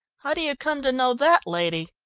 how do you come to know that lady?